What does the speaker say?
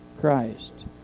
Christ